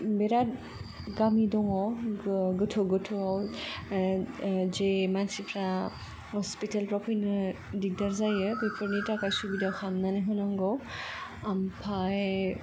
बेराद गामि दङ गोथौ गोथौआव जे मानसिफ्रा ह'सपिटालफ्राव फैनो दिगदार जायो बेफोरनि थाखाय सुबिदा खालामनानै होनांगौ ओमफ्राय